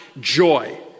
joy